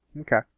Okay